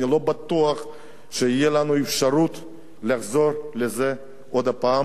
ואני לא בטוח שתהיה לנו אפשרות לחזור לזה עוד הפעם,